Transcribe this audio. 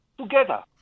together